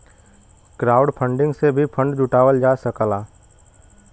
crowdfunding से भी fund जुटावल जा सकला